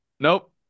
Nope